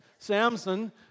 Samson